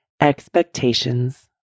expectations